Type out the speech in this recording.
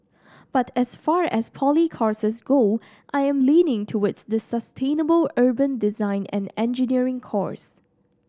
but as far as poly courses go I am leaning towards the sustainable urban design and engineering course